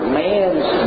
man's